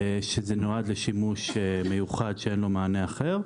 שזה נועד לשימוש מיוחד שאין לו מענה אחר,